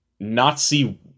Nazi